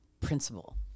principle